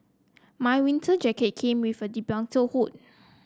my winter jacket came with a hood